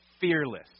fearless